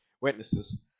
witnesses